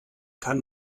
kann